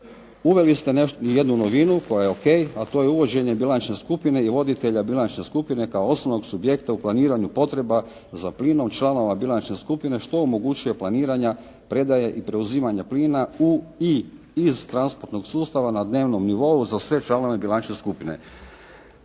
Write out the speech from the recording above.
uveli ste jednu novinu koja je o.k. a to je uvođenje bilančne skupine i voditelja bilančne skupine kao osnovnog subjekta u planiranju potreba za … članova bilančne skupine što omogućuje planiranja, predaje i preuzimanje plina u/i iz transportnog sustava na dnevnom nivou za sve članove bilančne skupine.